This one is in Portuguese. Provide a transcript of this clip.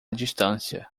distância